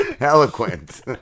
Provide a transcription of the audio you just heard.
eloquent